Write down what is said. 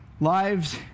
Lives